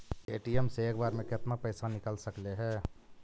ATM से एक बार मे केतना पैसा निकल सकले हे?